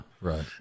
Right